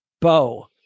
Bo